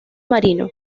marino